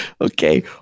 Okay